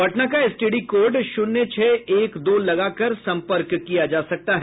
पटना का STD code शून्य छह एक दो लगाकर संपर्क किया जा सकता है